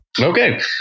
okay